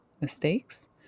mistakes